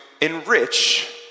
enrich